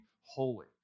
holy